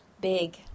big